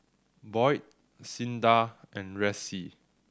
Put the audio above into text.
Boyd Cinda and Ressie